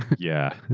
yeah,